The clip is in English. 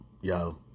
yo